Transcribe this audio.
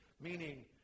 meaning